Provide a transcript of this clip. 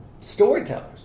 storytellers